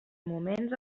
moments